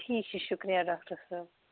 ٹھیٖک چھُ شُکریہ ڈاکٹر صٲب